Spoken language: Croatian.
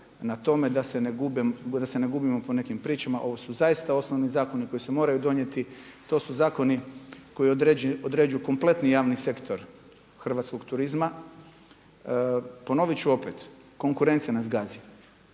na tome, da se ne gubimo po nekim pričama. Ovu su zaista osnovni zakoni koji se moraju donijeti, to su zakoni koji određuju kompletni javni sektor hrvatskog turizma. Ponovit ću opet, konkurencija nas gazi.